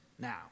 now